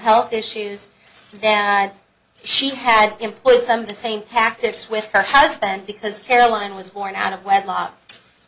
help issues she had employed some of the same tactics with her husband because caroline was born out of wedlock